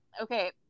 okay